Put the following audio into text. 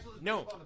No